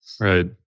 Right